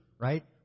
right